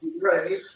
right